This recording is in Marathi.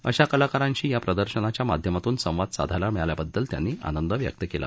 अशा कलाकारांशी या प्रदर्शनाच्या माध्यमातून संवाद साधायला मिळाल्याबद्दल त्यांनी आनंद व्यक्त केला